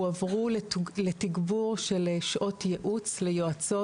הועברו לתגבור של שעות ייעוץ ליועצות.